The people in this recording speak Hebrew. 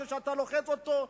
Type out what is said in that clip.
כשאתה לוחץ אותו,